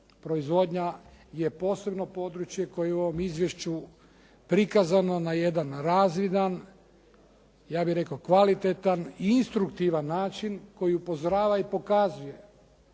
Proizvodnja je posebno područje koje je u ovom izvješću prikazano na jedan razvidan, ja bih rekao kvalitetan i instruktivan način koji upozorava i pokazuje